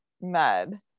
med